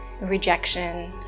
rejection